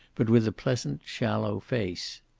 but with a pleasant, shallow face.